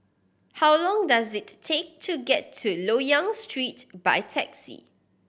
how long does it take to get to Loyang Street by taxi